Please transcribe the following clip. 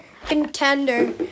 Contender